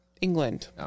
England